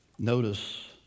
Notice